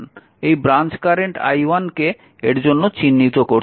এই branch current i1 কে এর জন্য চিহ্নিত করতে দিন